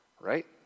Right